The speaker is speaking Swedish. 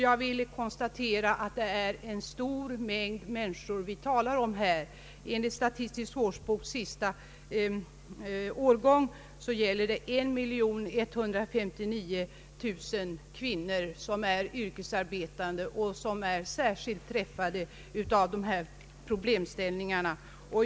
Jag vill påpeka att det är en stor mängd människor vi talar om här — enligt Statistisk årsboks senaste årgång gäller det 1159 000 kvinnor som är yrkesarbetande och som är särskilt träffade av de här problemställningarna.